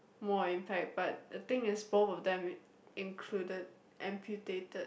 more impact but the thing is both of them included amputated